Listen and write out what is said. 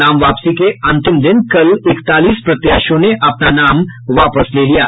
नामवापसी के अंतिम दिन कल इकतालीस प्रत्याशियों ने अपना नाम वापस ले लिये